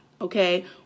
okay